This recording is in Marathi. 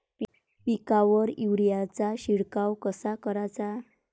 पिकावर युरीया चा शिडकाव कसा कराचा?